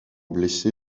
blessé